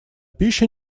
пища